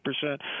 percent